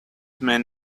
man